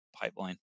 pipeline